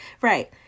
Right